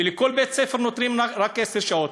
ולכל בית-ספר נותנים רק עשר שעות.